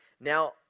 Now